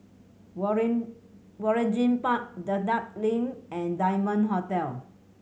Waring Waringin Park Dedap Link and Diamond Hotel